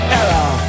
error